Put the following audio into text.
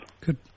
Good